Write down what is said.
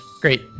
great